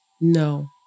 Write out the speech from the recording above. No